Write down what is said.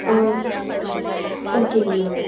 ஆ ஓகேங்கண்ணா